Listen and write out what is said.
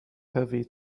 heavy